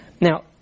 Now